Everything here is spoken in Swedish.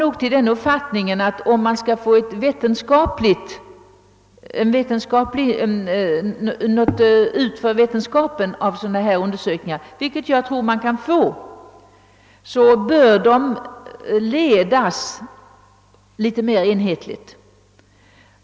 Jag fick den uppfattningen att sådana här undersökningar om de skall få något vetenskapligt värde — vilket jag tror att de kan få — bör ledas något mer enhetligt.